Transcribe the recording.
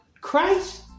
Christ